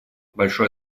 большое